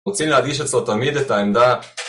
רוצים להדגיש אצלו תמיד את העמדה